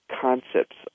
concepts